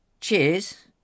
cheers